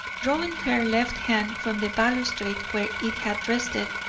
drawing her left hand from the balustrade where it had rested,